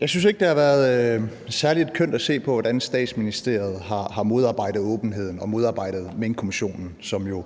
Jeg synes ikke, det har været særlig kønt at se på, hvordan Statsministeriet har modarbejdet åbenheden og modarbejdet Minkkommissionen, som jo